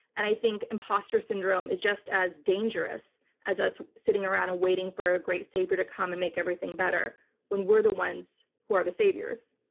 and i think imposter syndrome is just as dangerous as us sitting around and waiting for a great savior to come and make everything better when we're the ones who are the saviors.